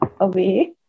away